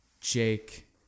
Jake